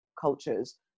cultures